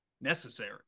necessary